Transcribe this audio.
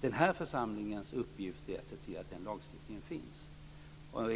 Den här församlingens uppgift är att se till att den lagstiftningen finns.